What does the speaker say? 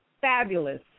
Fabulous